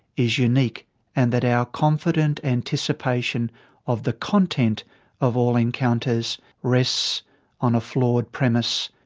is unique and that our confident anticipation of the content of all encounters rests on a flawed premise.